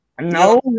no